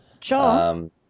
John